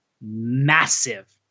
massive